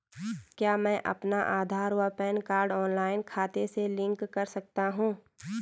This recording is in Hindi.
क्या मैं अपना आधार व पैन कार्ड ऑनलाइन खाते से लिंक कर सकता हूँ?